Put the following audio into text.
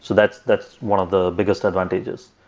so that's that's one of the biggest advantages.